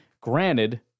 granted